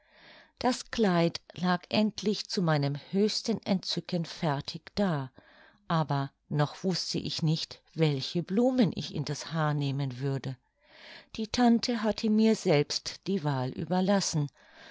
das kleid lag endlich zu meinem höchsten entzücken fertig da aber noch wußte ich nicht welche blumen ich in das haar nehmen würde die tante hatte mir selbst die wahl überlassen